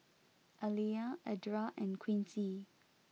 Aliyah Edra and Quincy